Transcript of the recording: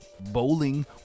bowling